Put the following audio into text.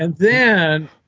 and then,